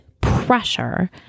pressure